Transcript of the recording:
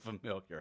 familiar